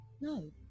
No